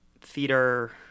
theater